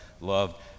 loved